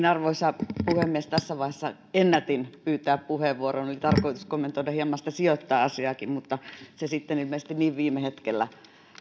arvoisa puhemies tässä vaiheessa ennätin pyytää puheenvuoron oli tarkoitus kommentoida hieman sitä sijoittaja asiaakin mutta se sitten ilmeisesti niin viime hetkellä